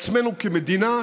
בעצמנו כמדינה,